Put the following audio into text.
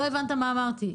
לא הבנת מה אמרתי.